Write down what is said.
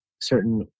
certain